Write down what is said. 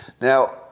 Now